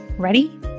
ready